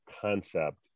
concept